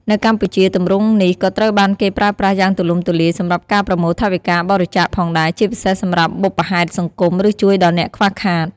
នៅកម្ពុជា ទម្រង់នេះក៏ត្រូវបានគេប្រើប្រាស់យ៉ាងទូលំទូលាយសម្រាប់ការប្រមូលថវិកាបរិច្ចាគផងដែរ ជាពិសេសសម្រាប់បុព្វហេតុសង្គម ឬជួយដល់អ្នកខ្វះខាត។